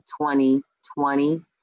2020